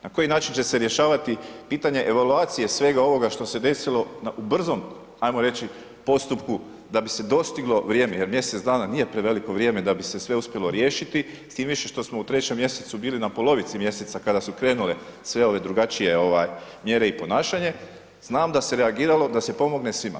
Na koji način će se rješavati pitanje evaluacije svega ovoga što se desilo u brzom, hajmo reći postupku da bi se dostiglo vrijeme jer mjesec dana nije preveliko vrijeme da bi se sve uspjelo riješiti, time više što se smo u 3. mjesecu bili na polovici mjeseca kada su krenule sve ove drugačije mjere i ponašanje, znam da se reagiralo da se pomogne svima.